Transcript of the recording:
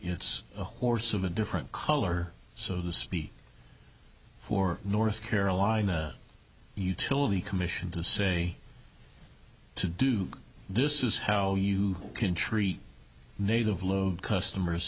it's a horse of a different color so to speak for north carolina utility commission to say to do this is how you can treat native load customers